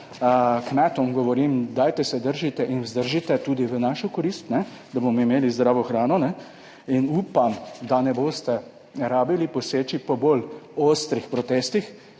Kmetom govorim, dajte se držite in vzdržite tudi v našo korist, da bomo imeli zdravo hrano in upam, da ne boste rabili poseči po bolj ostrih protestih,